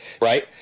right